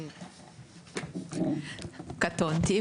קטונתי,